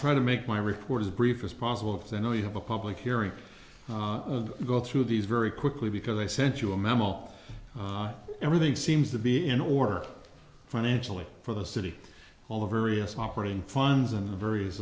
try to make my report as brief as possible of the know you have a public hearing go through these very quickly because i sent you a memo everything seems to be in order financially for the city all of various operating funds and various